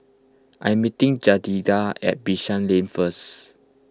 I'm meeting Jedidiah at Bishan Lane first